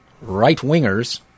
right-wingers